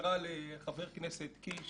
שנמסרה לחבר הכנסת קיש